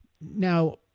Now